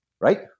right